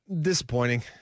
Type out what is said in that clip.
disappointing